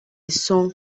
song